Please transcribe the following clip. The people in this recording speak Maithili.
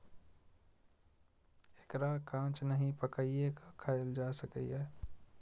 एकरा कांच नहि, पकाइये के खायल जा सकैए